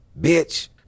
Bitch